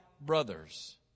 brothers